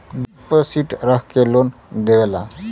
deposit रख के loan देवेला